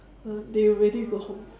they already go home